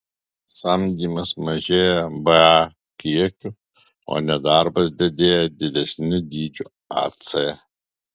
samdymas mažėja ba kiekiu o nedarbas didėja didesniu dydžiu ac